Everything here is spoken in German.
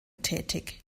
tätig